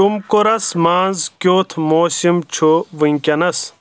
ٹُمکُرس منز کِیُتھ موسم چھُ وٕنکیٚنس